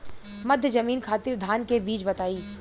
मध्य जमीन खातिर धान के बीज बताई?